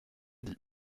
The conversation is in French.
dit